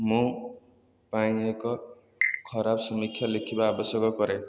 ମୁଁ ପାଇଁ ଏକ ଖରାପ ସମୀକ୍ଷା ଲେଖିବା ଆବଶ୍ୟକ କରେ